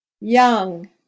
young